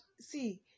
See